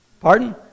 Pardon